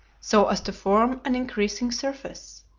so as to form an increasing surface.